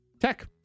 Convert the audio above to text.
Tech